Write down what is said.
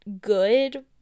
good